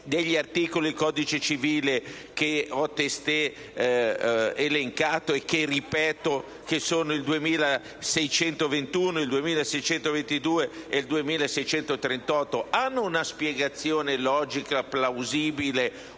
degli articoli del codice civile che ho testé elencato e che sono - lo ripeto - il 2621, il 2622 e il 2638? Hanno una spiegazione logica plausibile